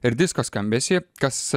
ir disko skambesį kas